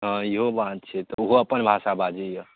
हँ इहो बात छै तऽ ओहो अपन भाषा बाजैए